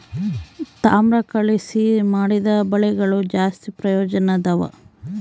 ತಾಮ್ರ ಕಲಿಸಿ ಮಾಡಿದ ಬಲೆಗಳು ಜಾಸ್ತಿ ಪ್ರಯೋಜನದವ